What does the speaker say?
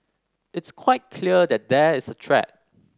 it's quite clear that there is a threat